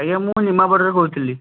ଆଜ୍ଞା ମୁଁ ନିମାପଡ଼ାରୁ କହୁଥିଲି